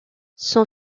son